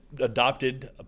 adopted